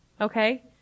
Okay